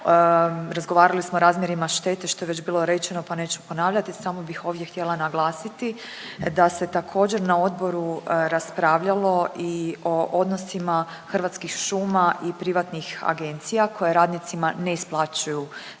Razgovarali smo o razmjerima štete što je već bilo rečeno pa neću ponavljati, samo bih ovdje htjela naglasiti da se također na odboru raspravljalo i o odnosima Hrvatskih šuma i privatnih agencijama koje radnicima ne isplaćuju sredstva